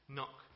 Knock